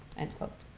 end quote.